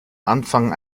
anfang